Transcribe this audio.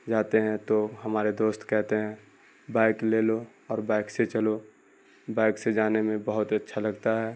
جاتے ہیں تو ہمارے دوست کہتے ہیں بائک لے لو اور بائک سے چلو بائک سے جانے میں بہت اچھا لگتا ہے